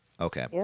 Okay